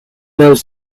those